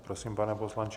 Prosím, pane poslanče.